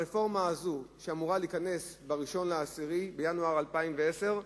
ברפורמה הזאת, שאמורה להיכנס בינואר 2010,